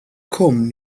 cwm